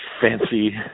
Fancy